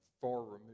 far-removed